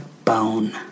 bone